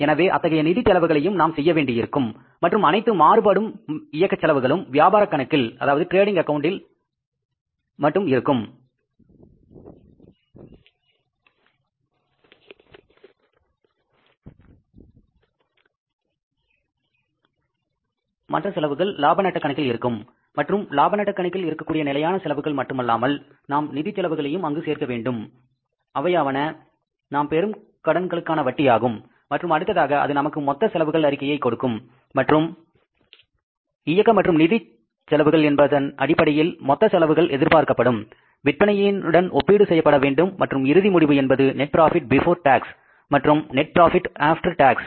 எனவே அத்தகைய நிதி செலவுகளையும் நாம் செய்ய வேண்டியிருக்கும் மற்றும் அனைத்து மாறுபடும் இயக்கச் செலவுகளும் வியாபார கணக்கில் மட்டும் இருக்கும் தந்திரங்கள் லாப நட்ட கணக்கில் இருக்கும் மற்றும் லாப நட்ட கணக்கில் இருக்கக்கூடிய நிலையான செலவுகள் மட்டுமல்லாமல் நாம் நிதி செலவுகளையும் அங்கு சேர்க்க வேண்டும் அவையாவன நாம் பெறும் கடன்களுக்கான வட்டியாகும் மற்றும் அடுத்ததாக அது நமக்கு மொத்த செலவுகள் அறிக்கையை கொடுக்கும் மற்றும் இயக்க மற்றும் நிதி செலவுகள் என்பதன் அடிப்படையில் மொத்த செலவுகள் எதிர்பார்க்கப்படும் விற்பனையுடன் ஒப்பீடு செய்யப்படவேண்டும் மற்றும் இறுதி முடிவு என்பது நெட் ப்ராபிட் பிபோர் டேக்ஸ் மற்றும் நெட் ப்ராபிட் ஆப்டர் டேக்ஸ்